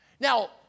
Now